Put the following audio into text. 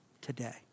today